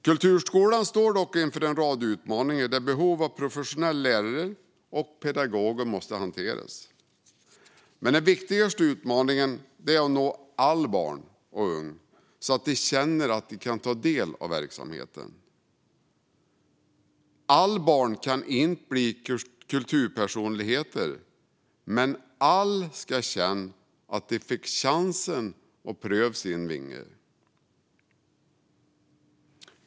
Kulturskolan står dock inför en rad utmaningar där behovet av professionella lärare och pedagoger måste hanteras. Men den viktigaste utmaningen är att nå alla barn och unga så att de känner att de kan ta del av verksamheten. Alla barn kan inte bli kulturpersonligheter, men alla ska känna att de fick chansen att pröva sina vingar.